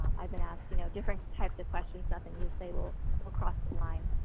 um i've been asked you know different types of questions, nothing you say will will cross the line.